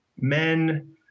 men